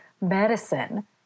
medicine